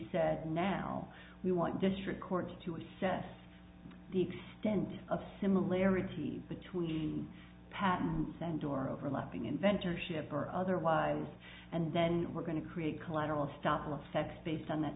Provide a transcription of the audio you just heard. said now we want district courts to assess the extent of similarities between patents and or overlapping inventor ship or otherwise and then we're going to create collateral estoppel of sex based on that